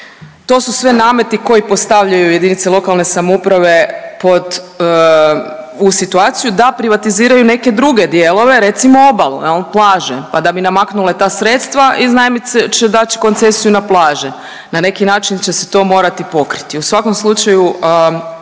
To su sve nameti koji postavljaju jedinice lokalne samouprave pod, u situaciju da privatiziraju neke druge dijelove recimo obalu jel, plaže, pa da bi namaknule ta sredstva iznajmit će dat će koncesiju na plaže. Na neki način će se to morati pokriti. U svakom slučaju